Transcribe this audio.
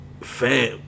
Fam